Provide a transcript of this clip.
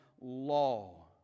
law